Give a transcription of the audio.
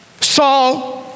Saul